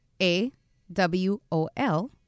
A-W-O-L